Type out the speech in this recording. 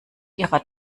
ihrer